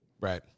Right